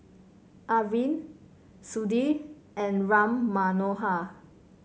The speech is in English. Arvind Sudhir and Ram Manohar